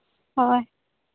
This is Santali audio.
ᱦᱳᱭ